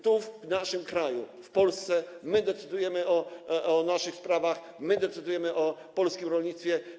Tu, w naszym kraju, w Polsce my decydujemy o naszych sprawach, my decydujemy o polskim rolnictwie.